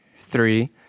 three